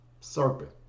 Serpent